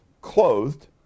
clothed